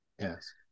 yes